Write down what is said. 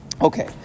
Okay